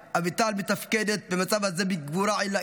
אביטל מתפקדת במצב הזה בגבורה עילאית.